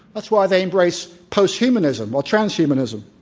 that's why they embrace post-humanism, or trans humanism.